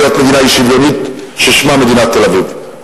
להיות מדינה אי-שוויונית ששמה מדינת תל-אביב.